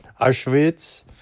Auschwitz